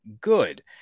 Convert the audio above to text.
good